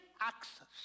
access